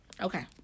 Okay